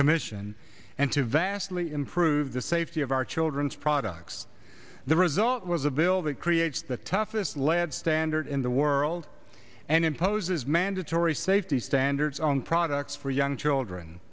commission and to vastly improve the safety of our children's products the result was a bill that creates the toughest lead standard in the world and imposes mandatory safety standards on products for young children